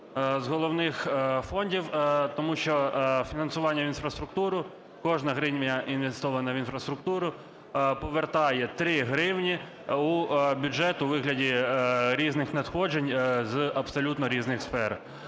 з головних фондів, тому що фінансування в інфраструктуру, кожна гривня, інвестована в інфраструктуру, повертає 3 гривні у бюджет у вигляді різних надходжень з абсолютно різних сфер.